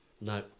No